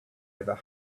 over